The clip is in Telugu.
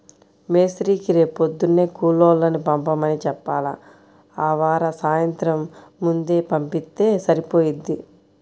మేస్త్రీకి రేపొద్దున్నే కూలోళ్ళని పంపమని చెప్పాల, ఆవార సాయంత్రం ముందే పంపిత్తే సరిపోయిద్ది